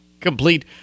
complete